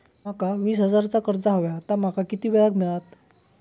माका वीस हजार चा कर्ज हव्या ता माका किती वेळा क मिळात?